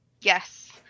Yes